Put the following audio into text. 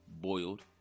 boiled